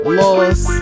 loss